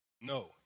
No